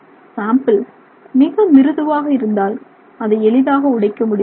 sample மிக மிருதுவாக இருந்தால் அதை எளிதாக உடைக்க முடிவதில்லை